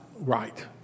right